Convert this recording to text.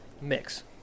mix